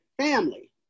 family